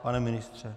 Pane ministře?